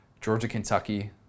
Georgia-Kentucky